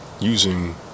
using